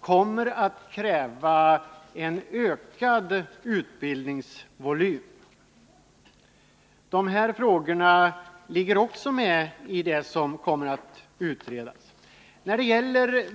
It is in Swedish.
kommer att krävas en ökad utbildningsvolym med hänsyn till de vapenfria tjänstepliktiga. Dessa